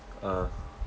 ah